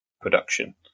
production